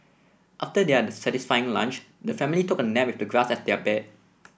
after their satisfying lunch the family took a nap with the grass as their bed